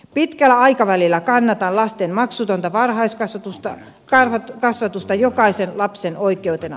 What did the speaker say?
pitkällä aikavälillä kannatan lasten maksutonta varhaiskasvatusta jokaisen lapsen oikeutena